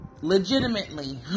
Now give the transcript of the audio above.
Legitimately